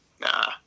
nah